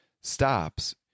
stops